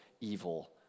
evil